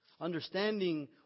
understanding